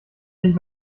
sich